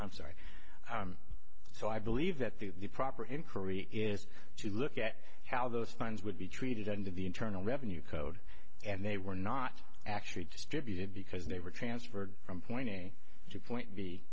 i'm sorry so i believe that the proper inquiry is to look at how those funds would be treated under the internal revenue code and they were not actually distributed because they were transferred from point a to point b